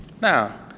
Now